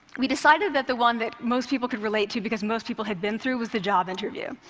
we decided that the one that most people could relate to because most people had been through, was the job interview.